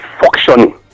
functioning